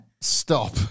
Stop